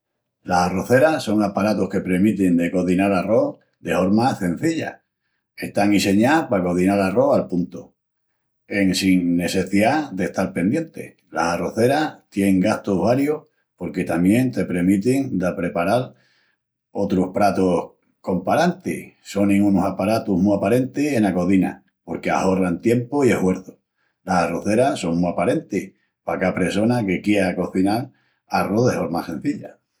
Las arroceras son aparatus que premitin de cozinal arrós de horma cenzilla, están inseñás pa cozinal arrós al puntu, en sin nesseciá d'estal pendienti. Las arroceras tienin gastus varius porque tamién te premitin d'apreparal otrus pratus comparantis. Sonin unus aparatus mu aparentis ena cozina, porque ahorran tiempu i eshuerçu. Las arroceras son mu aparentis pa cá pressona que quiá cozinal arrós de horma cenzilla.